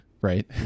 right